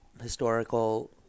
historical